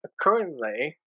currently